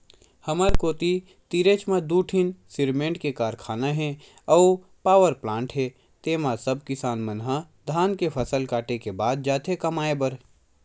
हमर कोती तीरेच म दू ठीन सिरमेंट के कारखाना हे अउ पावरप्लांट हे तेंमा सब किसान मन ह धान के फसल काटे के बाद जाथे कमाए बर